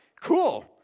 cool